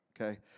okay